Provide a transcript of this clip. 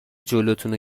جلوتونو